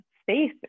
space